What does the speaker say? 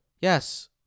Yes